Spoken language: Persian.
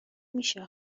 میشه